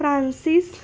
Francis